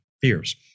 fears